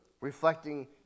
reflecting